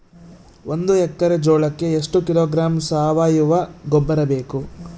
ಒಂದು ಎಕ್ಕರೆ ಜೋಳಕ್ಕೆ ಎಷ್ಟು ಕಿಲೋಗ್ರಾಂ ಸಾವಯುವ ಗೊಬ್ಬರ ಬೇಕು?